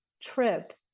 trip